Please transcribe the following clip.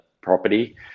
property